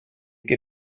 què